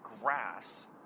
grass